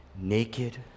Naked